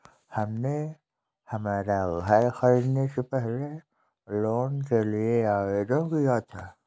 हमने हमारा घर खरीदने से पहले होम लोन के लिए आवेदन किया था